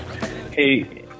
Hey